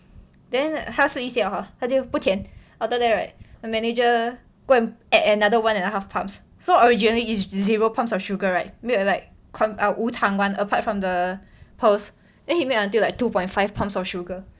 then 他试一下 hor 他就不甜 then after that right the manager go and add another one and a half cups so originally is zero pumps of sugar right made like 无糖 [one] apart from the pearls then he make until like two point five pumps of sugar